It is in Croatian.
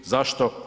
Zašto?